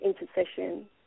intercession